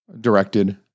directed